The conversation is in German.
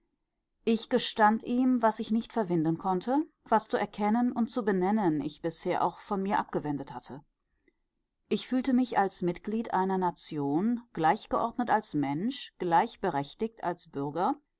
ich gestand ihm was ich nicht verwinden konnte was zu erkennen und zu benennen ich bisher auch von mir abgewendet hatte ich fühlte mich als mitglied einer nation gleichgeordnet als mensch gleichberechtigt als bürger